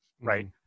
Right